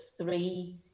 three